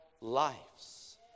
lives